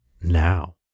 now